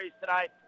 tonight